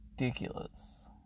Ridiculous